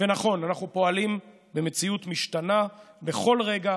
נכון, אנחנו פועלים במציאות משתנה בכל רגע,